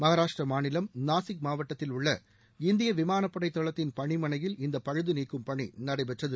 மகாராஷ்டிர மாநிலம் நாசிக் மாவட்டத்தில் உள்ள இந்திய விமானப்படை தளத்தின் பணிமனையில் இந்த பழுதுநீக்கும் பணி நடைபெற்றது